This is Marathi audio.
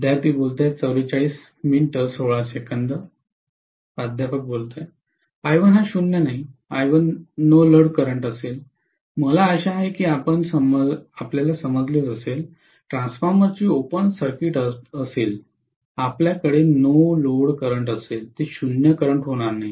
प्रोफेसरः I1 हा 0 नाही I1 नो लोड करंट असेल मला आशा आहे की आपण समजले असेल ट्रान्सफॉर्मरची ओपन सर्किट अट असेल आपल्याकडे नो लोड करंट असेल ते शून्य करंट होणार नाही